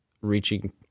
reaching